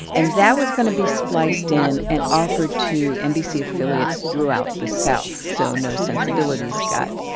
and that was going to be spliced in and offered to nbc affiliates throughout the south so no sensibilities got,